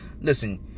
listen